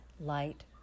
light